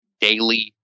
daily